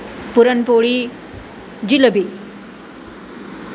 puran poli jalebi